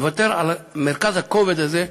לוותר על מרכז הכובד הזה,